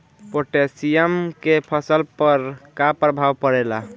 Potassium के फसल पर का प्रभाव पड़ेला?